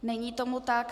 Není tomu tak.